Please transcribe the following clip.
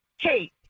kate